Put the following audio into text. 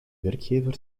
werkgever